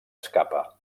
escapa